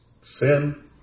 Sin